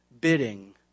bidding